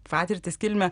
patirtis kilmę